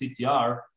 CTR